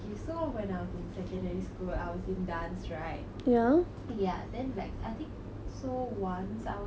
ya then like I think so once I was like I can't remember I think I was walking down the stairs